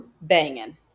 banging